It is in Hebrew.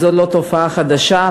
זו לא תופעה חדשה,